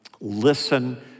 listen